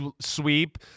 sweep